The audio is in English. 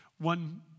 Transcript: One